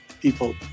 people